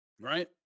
Right